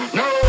no